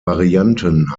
varianten